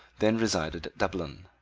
then resided at dublin.